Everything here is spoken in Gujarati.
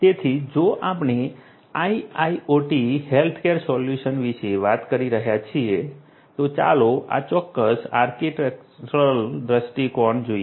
તેથી જો આપણે IIoT હેલ્થકેર સોલ્યુશન્સ વિશે વાત કરી રહ્યા છીએ તો ચાલો આ ચોક્કસ આર્કિટેક્ચરલ દૃષ્ટિકોણ જોઈએ